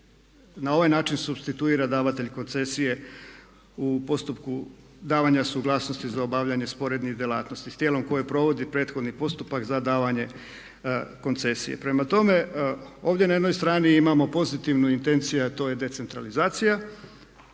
na ovaj način supstituira davatelj koncesije u postupku davanja suglasnosti za obavljanje sporednih djelatnosti s tijelom koje provodi prethodni postupak za davanje koncesije. Prema tome, ovdje na jednoj strani imamo pozitivnu intenciju a to je decentralizacija